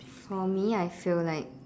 for me I feel like